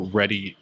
ready